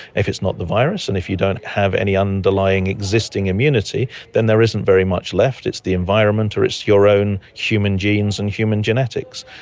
if it's not the virus and if you don't have any underlying existing immunity, then there isn't very much left, it's the environment or it's your own human genes and human genetics.